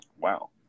Wow